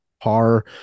par